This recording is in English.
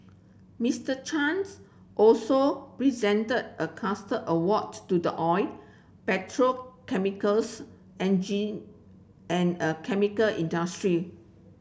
Mister Chan's also presented a award to the oil petrochemicals and a chemical industry